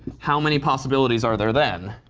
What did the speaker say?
how many possibilities are there then?